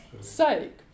sake